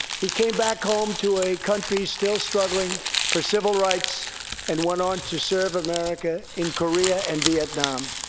he came back home to a country still struggling for civil rights and went on to serve america in korea and vietnam.